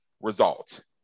result